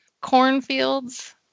Cornfields